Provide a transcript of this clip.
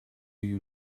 you